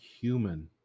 human